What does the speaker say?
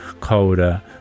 colder